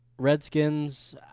Redskins